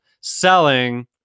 selling